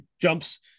jumps